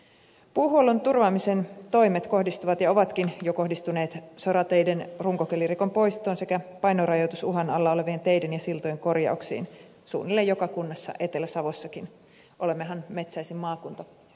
puuhuollon turvaamisen toimet kohdistuvat ja ovatkin jo kohdistuneet sorateiden runkokelirikon poistoon sekä painorajoitusuhan alla olevien teiden ja siltojen korjauksiin suunnilleen joka kunnassa etelä savossakin olemmehan metsäisin maakunta